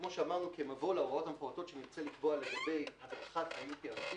כמו שאמרנו במבוא להוראות המפורטות שנרצה לקבוע לגבי הדרכת ה-UPRT